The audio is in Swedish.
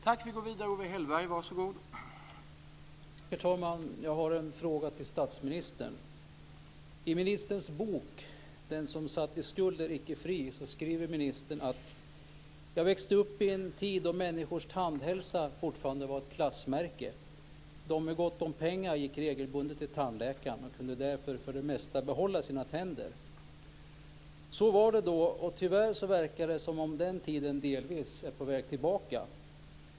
Herr talman! Jag har en fråga till statsministern. I statsministerns bok Den som är satt i skuld är icke fri skriver ministern: Jag växte upp i en tid då människors tandhälsa fortfarande var ett klassmärke. De med gott om pengar gick regelbundet till tandläkaren och kunde därför för det mesta behålla sina tänder. Så var det då, och tyvärr verkar det som om den tiden delvis är på väg tillbaka.